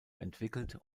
entwickelt